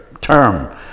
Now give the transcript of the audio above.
term